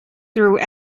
through